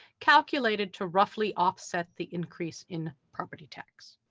calculated to roughly offset the increase in property tax?